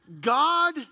God